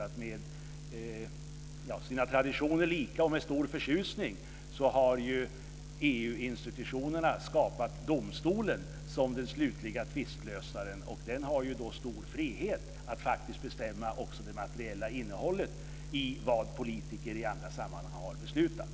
Med sina traditioner lika och med stor förtjusning har EU-institutionerna skapat domstolen som den slutliga tvistlösaren. Den har stor frihet att faktiskt bestämma också det materiella innehållet i vad politiker i andra sammanhang har beslutat.